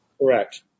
Correct